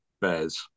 Bears